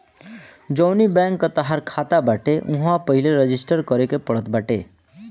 जवनी बैंक कअ तोहार खाता बाटे उहवा पहिले रजिस्टर करे के पड़त बाटे